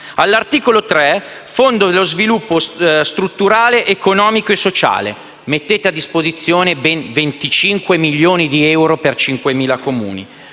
All'articolo 3 («Fondo per lo sviluppo strutturale, economico e sociale») mettete a disposizione ben 25 milioni di euro per 5.000 Comuni;